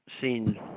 seen